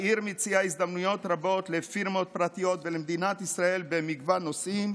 העיר מציעה הזדמנויות רבות לפירמות פרטיות ולמדינת ישראל במגוון נושאים.